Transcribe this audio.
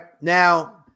Now